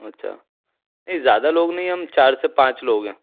अच्छा नही ज़्यादा लोग नहीं है हम चार से पाँच लोग हैं